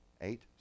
Eight